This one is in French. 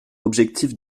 objectif